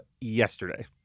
yesterday